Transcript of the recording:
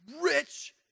rich